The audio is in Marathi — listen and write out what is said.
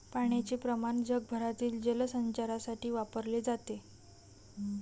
पाण्याचे प्रमाण जगभरातील जलचरांसाठी वापरले जाते